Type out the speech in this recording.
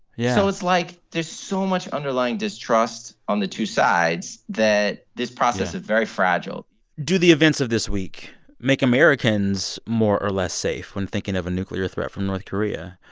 yeah so it's, like, there's so much underlying distrust on the two sides that this process is very fragile do the events of this week make americans more or less safe when thinking of a nuclear threat from north korea?